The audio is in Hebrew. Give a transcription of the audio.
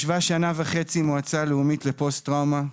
ישבה שנה וחצי המועצה הלאומית לפוסט-טראומה,